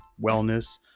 wellness